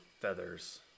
feathers